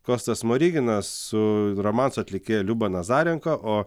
kostas smoriginas su romansų atlikėja liuba nazarenko o